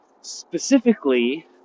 specifically